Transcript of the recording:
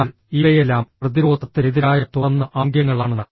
അതിനാൽ ഇവയെല്ലാം പ്രതിരോധത്തിന് എതിരായ തുറന്ന ആംഗ്യങ്ങളാണ്